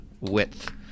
width